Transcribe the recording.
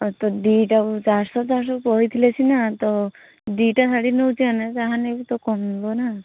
ଆଉ ତ ଦୁଇଟାକୁ ଚାରିଶହ ଚାରିଶହ କହିଥିଲେ ସିନା ତ ଦୁଇଟା ଶାଢ଼ୀ ନଉଚିମାନେ ତାମାନେ ବି ତ କମିବ ନା